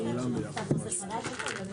לסעיף 65.